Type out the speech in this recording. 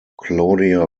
claudia